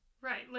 Right